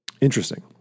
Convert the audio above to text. interesting